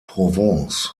provence